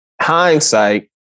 hindsight